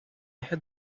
had